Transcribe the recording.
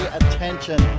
attention